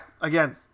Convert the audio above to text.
again